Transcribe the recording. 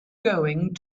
going